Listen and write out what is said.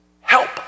help